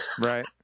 right